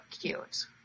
cute